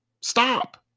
Stop